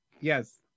Yes